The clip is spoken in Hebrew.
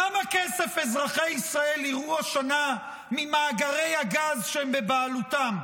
כמה כסף אזרחי ישראל יראו השנה ממאגרי הגז שהם בבעלותם?